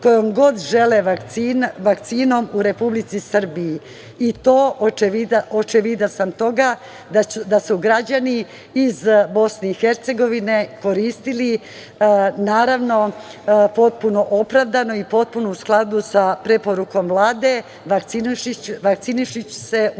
kojom god žele vakcinom u Republici Srbiji, i to sam očevidac toga, da su građani iz BiH, koristili naravno potpuno opravdano i potpuno u skladu sa preporukom Vlade, vakcinišući se, u